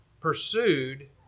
pursued